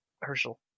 Herschel